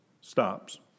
stops